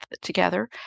together